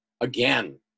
again